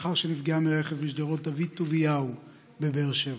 לאחר שנפגעה מרכב בשדרות דוד טוביהו בבאר שבע.